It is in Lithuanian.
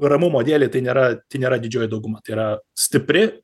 ramumo dėlei tai nėra tai nėra didžioji dauguma tai yra stipri